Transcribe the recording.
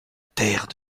terre